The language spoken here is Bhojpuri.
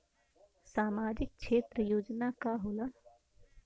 सामाजिक क्षेत्र योजना का होला?